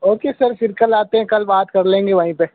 okay sir फिर कल आते हैं कल बात कर लेंगे वहीं पर